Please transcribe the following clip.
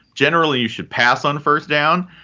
generally, you should pass on first down.